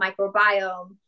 microbiome